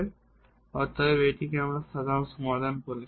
সুতরাং অতএব আমরা এটিকে সাধারণ সমাধান বলছি